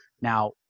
Now